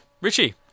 Richie